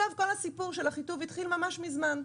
כל הסיפור של אחיטוב התחיל ממש מזמן,